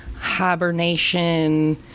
Hibernation